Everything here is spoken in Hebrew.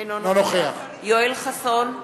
אינו נוכח יואל חסון,